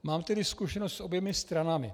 Mám tedy zkušenost s oběma stranami.